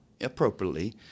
appropriately